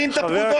אולי תעצור את זה?